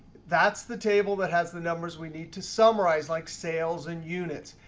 that's the table that has the numbers we need to summarize, like sales and units.